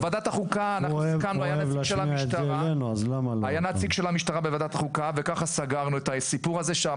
בוועדת החוקה היה נציג של המשטרה וסגרנו את הסיפור הזה.